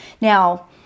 Now